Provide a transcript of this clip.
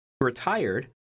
retired